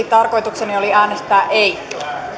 tarkoitukseni oli äänestää ei